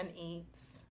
eats